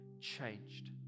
changed